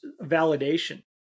validation